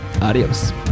adios